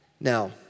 Now